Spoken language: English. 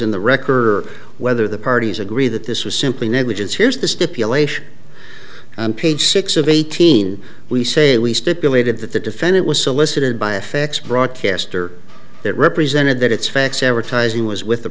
in the record or whether the parties agree that this was simply negligence here's the stipulation and page six of eighteen we say we stipulated that the defendant was solicited by a fax broadcaster that represented that its fax advertising was with the